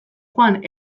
juan